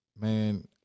man